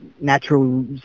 natural